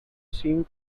seam